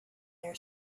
their